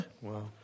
Wow